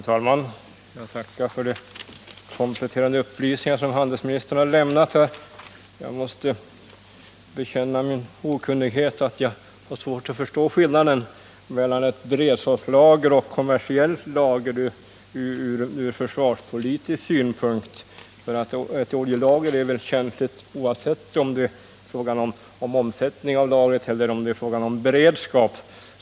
Herr talman! Jag tackar för de kompletterande upplysningar som handelsministern lämnat här. Jag måste bekänna min okunnighet och säga att jag har svårt att förstå skillnaden mellan ett beredskapslager och ett kommersiellt lager ur försvarspolitisk synpunkt, för ett oljelager är väl känsligt oavsett om det gäller omsättning av lagret eller beredskap.